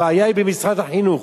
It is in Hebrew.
הבעיה היא במשרד החינוך.